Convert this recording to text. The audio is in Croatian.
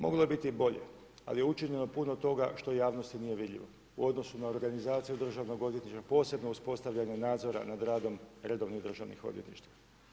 Moglo je biti i bolje, ali je učinjeno puno toga što javnosti nije vidljivo u odnosu na organizaciju državnog odvjetništva, posebno uspostavljanje nadzora nad radom redovnih državnih odvjetništava.